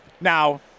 Now